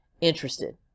interested